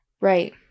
Right